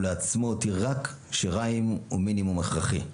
ולעצמו הותיר רק שיריים ומינימום הכרחי.